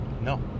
No